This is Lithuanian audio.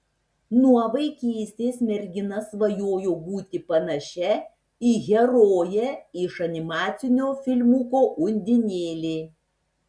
nuo vaikystės mergina svajojo būti panašia į heroję iš animacinio filmuko undinėlė